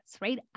right